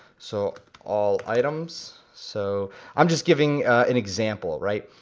so all items. so i'm just giving an example, right.